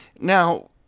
now